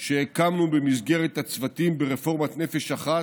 שהקמנו במסגרת הצוותים ברפורמת "נפש אחת",